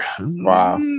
Wow